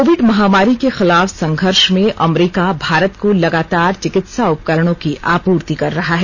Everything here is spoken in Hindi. कोविड महामारी के खिलाफ संधर्ष में अमरीका भारत को लगातार चिकित्सा उपकरणों की आपूर्ति कर रहा है